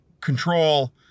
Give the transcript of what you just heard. control